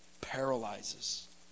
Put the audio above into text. paralyzes